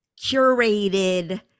curated